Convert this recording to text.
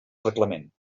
reglament